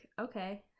okay